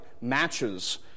matches